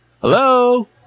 Hello